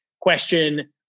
question